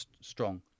strong